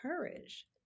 courage